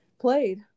played